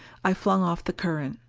i flung off the current.